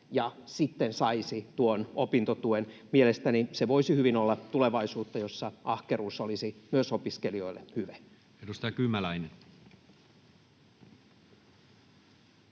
sitten saisi tuon opintotuen. Mielestäni se voisi hyvin olla tulevaisuutta, jossa ahkeruus olisi myös opiskelijoille hyve. Edustaja Kymäläinen.